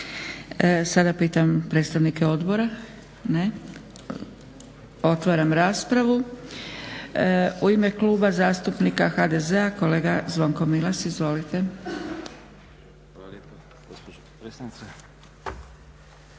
Sada pitam predstavnike odbora. Ne? Otvaram raspravu. U ime Kluba zastupnika HDZ-a kolega Zvonko Milas. Izvolite. **Milas, Zvonko (HDZ)** Hvala